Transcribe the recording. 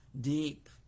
deep